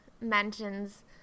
mentions